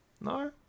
no